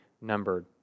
numbered